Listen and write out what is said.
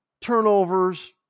turnovers